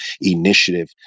initiative